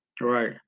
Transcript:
Right